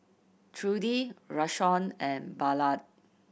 Trudie Rashawn and Ballard